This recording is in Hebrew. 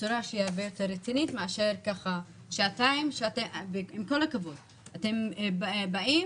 בצורה שהיא הרבה יותר רצינית מאשר ככה שעתיים שעם כל הכבוד אתם באים,